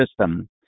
system